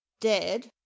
Dead